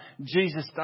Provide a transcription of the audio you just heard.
Jesus